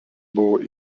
buvo